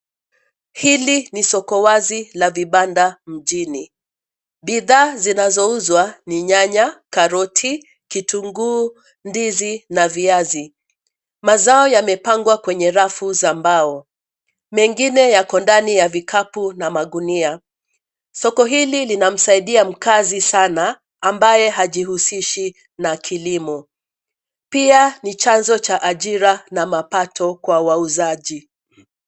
Hili ni soko wazi la vibanda mjini. Bidhaa zinazouzwa ni nyanya, karoti, kitunguu, ndizi na viazi. Mazao yamepangwa kwenye rafu za mbao. Mengine yako ndani ya vikapu na magunia. Soko hili linamsaidia mkazi sana ambaye hajihusishi na kilimo. Pia ni chazo cha ajira na mapato kwa wauzaji.